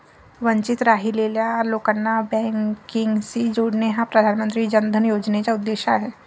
वंचित राहिलेल्या लोकांना बँकिंगशी जोडणे हा प्रधानमंत्री जन धन योजनेचा उद्देश आहे